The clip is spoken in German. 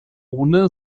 ohne